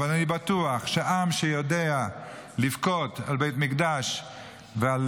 אבל אני בטוח שעם שיודע לבכות על בית מקדש ועל